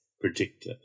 predictor